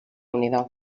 unido